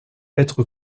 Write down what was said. être